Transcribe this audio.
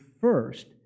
first